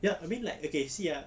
ya I mean like okay you see ah